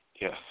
Yes